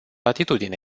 atitudine